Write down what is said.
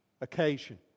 occasion